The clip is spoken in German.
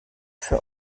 für